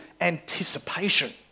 anticipation